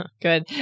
Good